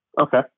Okay